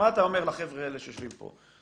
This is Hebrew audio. מה אתה אומר לחבר'ה שיושבים פה?